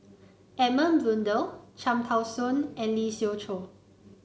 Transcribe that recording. Edmund Blundell Cham Tao Soon and Lee Siew Choh